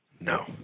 No